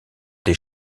des